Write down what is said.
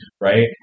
right